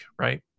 right